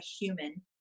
human